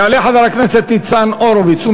יעלה חבר הכנסת ניצן הורוביץ.